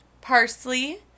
parsley